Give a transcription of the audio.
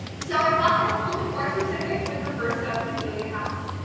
so i've gotten a little bit more specific with the first step than amelia has.